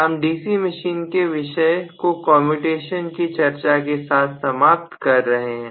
हम डीसी मशीनों के विषय को कम्यूटेशन की चर्चा के साथ समाप्त कर रहे हैं